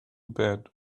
bad